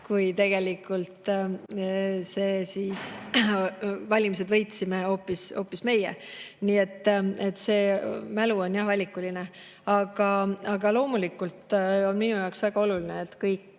kui tegelikult valimised võitsime hoopis meie. Mälu on jah valikuline. Aga loomulikult on minu jaoks väga oluline, et kõik